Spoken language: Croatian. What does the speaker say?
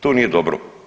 To nije dobro.